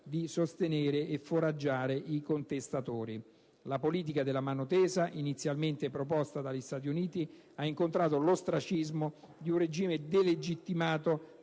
di sostenere e foraggiare i contestatori. La politica della mano tesa inizialmente proposta dagli Stati Uniti ha incontrato l'ostracismo di un regime delegittimato